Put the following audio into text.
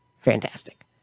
Fantastic